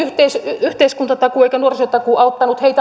yhteiskuntatakuu eikä nuorisotakuu auttaneet